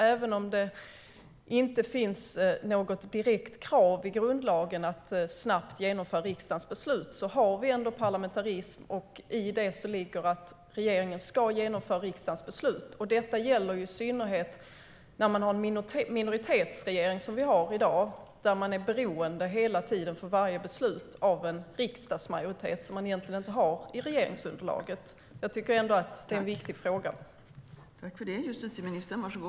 Även om det inte finns något direkt krav i grundlagen på att man snabbt ska genomföra riksdagens beslut har vi ändå parlamentarism, och i det ligger att regeringen ska genomföra riksdagens beslut. Detta gäller i synnerhet när vi har en minoritetsregering, vilket vi har i dag, där man hela tiden för varje beslut är beroende av en riksdagsmajoritet som man inte har i regeringsunderlaget. Jag tycker ändå att detta är en viktig fråga.